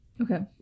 okay